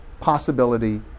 possibility